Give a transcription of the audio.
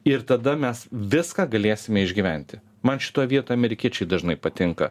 ir tada mes viską galėsime išgyventi man šitoj vietoj amerikiečiai dažnai patinka